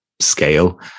scale